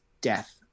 death